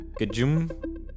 Gajum